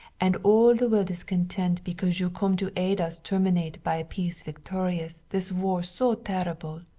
and all the world is content because you come to aid us terminate by a peace victorious this war so terrible,